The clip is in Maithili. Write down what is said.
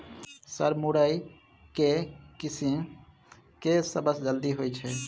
सर मुरई केँ किसिम केँ सबसँ जल्दी होइ छै?